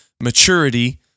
maturity